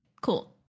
Cool